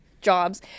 jobs